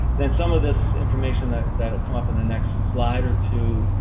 then some of this information that that will come up in the next slide or two,